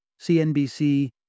CNBC